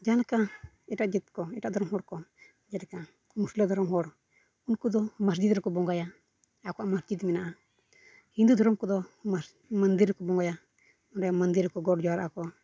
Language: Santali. ᱡᱟᱦᱟᱸ ᱞᱮᱠᱟ ᱮᱴᱟᱜ ᱡᱟᱹᱛ ᱠᱚ ᱮᱴᱟᱜ ᱫᱷᱚᱨᱚᱢ ᱦᱚᱲ ᱠᱚ ᱢᱩᱥᱞᱟᱹ ᱫᱷᱚᱨᱚᱢ ᱦᱚᱲ ᱩᱱᱠᱩ ᱫᱚ ᱢᱚᱥᱡᱤᱫ ᱨᱮᱠᱚ ᱵᱚᱸᱜᱟᱭᱟ ᱟᱠᱚᱣᱟᱜ ᱢᱚᱥᱡᱤᱫ ᱢᱮᱱᱟᱜᱼᱟ ᱦᱤᱱᱫᱩ ᱫᱷᱚᱨᱚᱢ ᱦᱚᱲ ᱠᱚᱫᱚ ᱢᱚᱱᱫᱤᱨ ᱨᱮᱠᱚ ᱵᱚᱸᱜᱟᱭᱟ ᱚᱸᱰᱮ ᱢᱚᱱᱫᱤᱨ ᱨᱮᱠᱚ ᱜᱚᱰ ᱡᱚᱦᱟᱨᱚᱜᱼᱟᱠᱚ